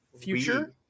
future